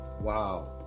Wow